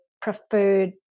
preferred